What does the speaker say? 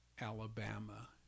Alabama